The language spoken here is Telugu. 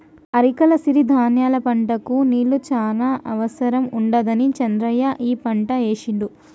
అరికల సిరి ధాన్యాల పంటకు నీళ్లు చాన అవసరం ఉండదని చంద్రయ్య ఈ పంట ఏశిండు